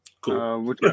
Cool